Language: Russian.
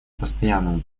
постоянному